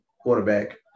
quarterback